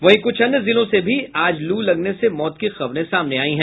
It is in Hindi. वहीं कुछ अन्य जिलों से भी आज लू लगने से मौत की खबरें सामने आयी हैं